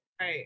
Right